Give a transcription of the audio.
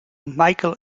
michael